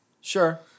Sure